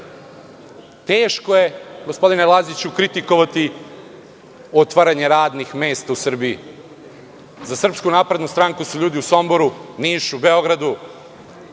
teško je, gospodine Laziću, kritikovati otvaranje radnih mesta u Srbiji. Za SNS su ljudi u Somboru, Nišu, Beogradu,